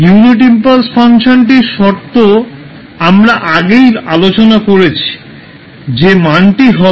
unit impulse ফাংশনটির শর্তটি আমরা আগেই আলোচনা করেছি যে মানটি হবে